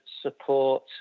support